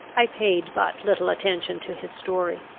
i paid but little attention to his story.